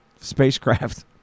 spacecraft